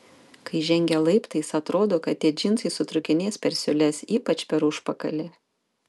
kai žengia laiptais atrodo kad tie džinsai sutrūkinės per siūles ypač per užpakalį